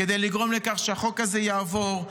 כדי לגרום לכך שהחוק הזה יעבור.